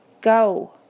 Go